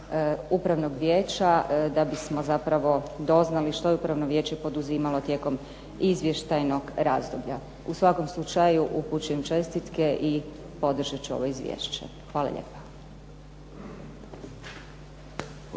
Upravnog vijeća, da bismo zapravo doznali što je Upravno vijeće poduzimalo tijekom izvještajnog razdoblja. U svakom slučaju upućujem čestitke i podržat ću ovo izvješće. Hvala lijepo.